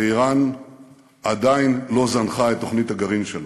ואיראן עדיין לא זנחה את תוכנית הגרעין שלה.